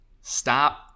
Stop